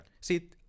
See